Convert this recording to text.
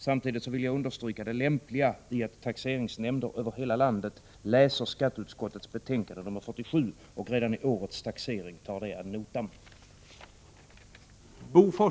Samtidigt vill jag understryka det lämpliga i att taxeringsnämnder över hela landet läser skatteutskottets betänkande nr 47 och redan i årets taxering tar det ad notam.